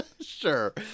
Sure